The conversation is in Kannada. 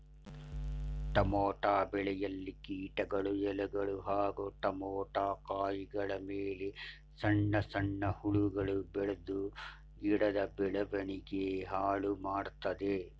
ಟಮೋಟ ಬೆಳೆಯಲ್ಲಿ ಕೀಟಗಳು ಎಲೆಗಳು ಹಾಗೂ ಟಮೋಟ ಕಾಯಿಗಳಮೇಲೆ ಸಣ್ಣ ಸಣ್ಣ ಹುಳಗಳು ಬೆಳ್ದು ಗಿಡದ ಬೆಳವಣಿಗೆ ಹಾಳುಮಾಡ್ತದೆ